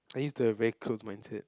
I used to have a very closed mindset